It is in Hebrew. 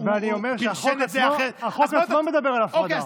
אני אומר שהחוק עצמו מדבר על הפרדה.